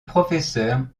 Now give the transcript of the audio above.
professeur